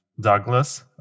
Douglas